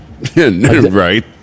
Right